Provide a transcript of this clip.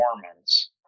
performance